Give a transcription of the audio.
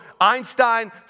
Einstein